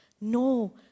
No